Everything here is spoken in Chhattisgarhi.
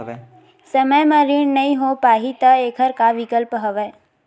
समय म ऋण नइ हो पाहि त एखर का विकल्प हवय?